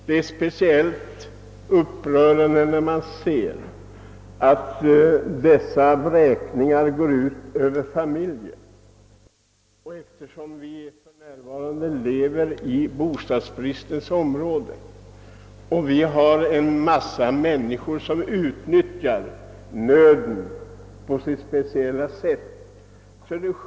Det är speciellt upprörande att se hur verkställda vräkningar går ut över familjer na. Vi lever nu i bostadsbristens tider, och det finns många som utnyttjar bostadsnöden på sitt speciella sätt.